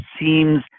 seems